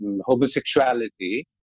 homosexuality